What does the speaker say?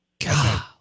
God